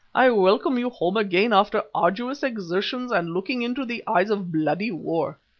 i welcome you home again after arduous exertions and looking into the eyes of bloody war.